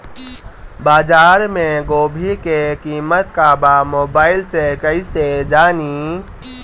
बाजार में गोभी के कीमत का बा मोबाइल से कइसे जानी?